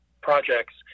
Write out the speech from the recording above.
projects